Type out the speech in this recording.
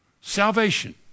Salvation